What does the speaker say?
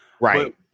right